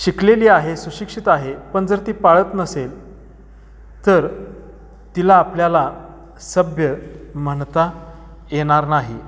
शिकलेली आहे सुशिक्षित आहे पण जर ती पाळत नसेल तर तिला आपल्याला सभ्य म्हणता येणार नाही